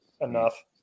enough